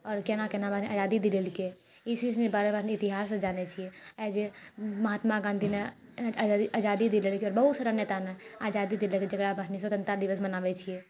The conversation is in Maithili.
आओर केना केना आजादी दिलेलकै ई चीजके बारेमे हमरासनी इतिहाससँ जानैत छियै जे महात्मा गाँधी ने आजादी दिलेलकै आओर बहुत सारा नेता ने आजादी दिलेलकै जकरा हमरासनी स्वतन्त्रता दिवस मनाबैत छियै